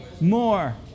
more